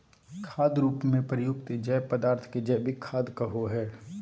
खाद रूप में प्रयुक्त जैव पदार्थ के जैविक खाद कहो हइ